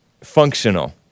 functional